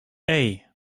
hey